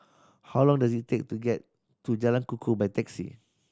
how long does it take to get to Jalan Kukoh by taxi